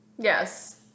Yes